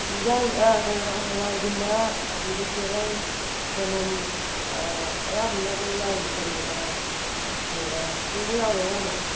ꯌꯦꯟꯁꯥꯡ ꯀꯩꯅꯣ ꯍꯋꯥꯏꯒꯨꯝꯕ ꯑꯗꯒꯤ ꯇꯤꯜꯍꯧ ꯆꯅꯝ ꯑꯌꯥꯝꯕꯅ ꯂꯣꯏ ꯌꯥꯎꯔꯤ ꯀꯔꯤ ꯀꯔꯤ ꯁꯨꯅꯕ ꯌꯥꯎꯔꯤ ꯑꯌꯥꯝꯕꯅ